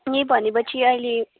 नि भने पछि अहिले